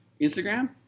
Instagram